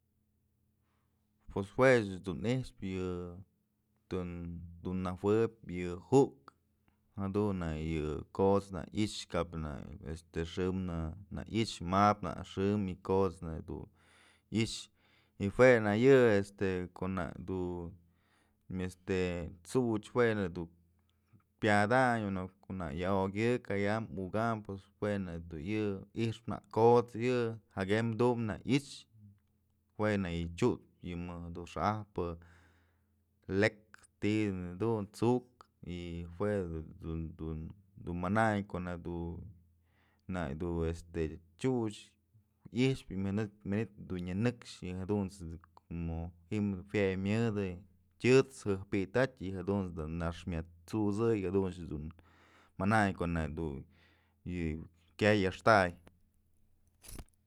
Pues jue ëch dun i'ixpë yë dun, dun najuëb yë ju'ukë jadun ja'a yë kot's nak i'ixë kap nak yë este xëmnë i'ixë map nak xëm y kot's nak dun i'ixë y jue nak yë este ko'o nak du este t'such jue na'a du pyadañ ko'o nak yaokyë kaya, ukam pues jue nak du yë i'ixpë nak kot's yë jakem dum nak i'ixë jue nak yë chyuchpë yëmëk dun xa'ajpë lek ti'i dë mëj jadun, t'suk y jue du dun dun manañ ko'o na du na du este chyuchë i'ixpë y manitë dun nyënëx jadunt's dun komo ji'im jue myëdë tyët's jajpitatyë y jadunt's nyax mësusëy jadunch dun manañ ko'o na dun kyax axtay.